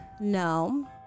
No